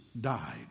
died